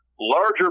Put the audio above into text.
larger